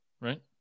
right